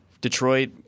Detroit